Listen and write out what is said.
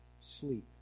sleep